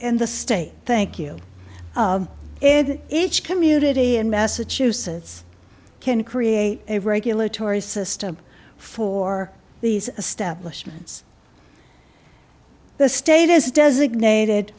in the state thank you if each community in massachusetts can create a regulatory system for these establishment the state is designated